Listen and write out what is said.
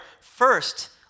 first